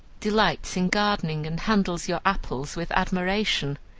delights in gardening, and handles your apples with admiration.